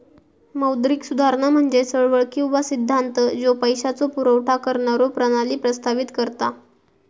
मौद्रिक सुधारणा म्हणजे चळवळ किंवा सिद्धांत ज्यो पैशाचो पुरवठा करणारो प्रणाली प्रस्तावित करता